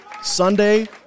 Sunday